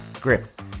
grip